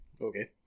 Okay